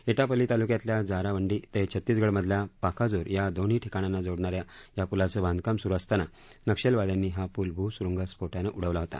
एटापल्ली तालुक्यातल्या जारावंडी ते छत्तीसगडमधल्या पाखाजूर या दोन ठिकाणांना जोडणाऱ्या या पुलाचं बांधकाम सुरु असताना नक्षलवाद्यांनी हा पूल भू सुरूंग स्फोटानं उडवला होता